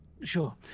Sure